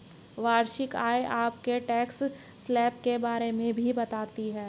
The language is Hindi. वार्षिक आय आपके टैक्स स्लैब के बारे में भी बताती है